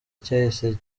cyahise